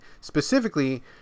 specifically